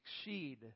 exceed